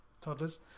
toddlers